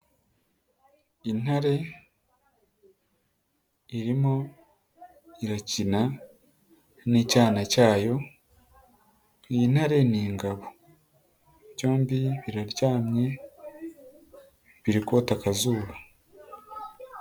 Intare irimo irakina n'icyana cyayo, iyi ntare n'ingabo byombi biraryamye biri kota akazuba.